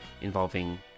involving